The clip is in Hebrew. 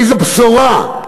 איזה בשורה?